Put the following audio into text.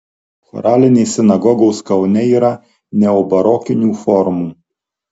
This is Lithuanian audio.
choralinės sinagogos kaune yra neobarokinių formų